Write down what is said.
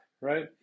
right